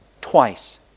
twice